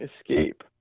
escape